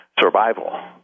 survival